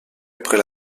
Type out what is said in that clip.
après